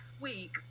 week